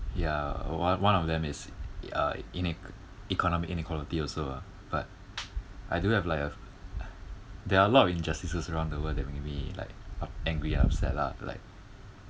ya one one of them is uh ineq~ economic inequality also lah but I do have like uh there are a lot of injustices around the world that make me like up~ angry or upset lah like